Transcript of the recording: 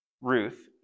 Ruth